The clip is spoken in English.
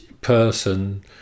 person